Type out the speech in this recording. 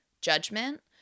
judgment